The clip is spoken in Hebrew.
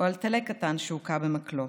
או על טלה קטן שהוכה במקלות.